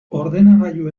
ordenagailu